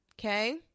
Okay